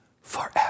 forever